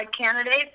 candidates